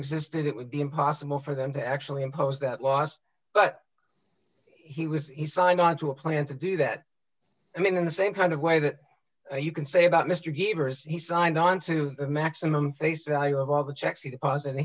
existed it would be impossible for them to actually impose that loss but he was he signed onto a plan to do that i mean in the same kind of way that you can say about mr gave he signed on to a maximum face value of all the checks